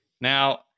Now